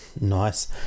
Nice